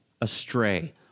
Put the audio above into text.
astray